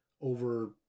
over